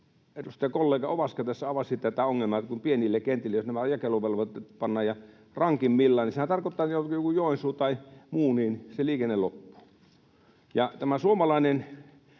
edustajakollega Ovaska tässä avasi tätä ongelmaa, että jos pienille kentille nämä jakeluvelvoitteet pannaan ja rankimmillaan, niin sehän tarkoittaa, kun on joku Joensuu tai muu, että se liikenne loppuu. Tämä suomalainen